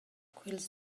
quels